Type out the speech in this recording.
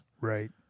right